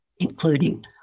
including